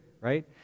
right